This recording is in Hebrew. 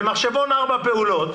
במחשבון ארבע פעולות,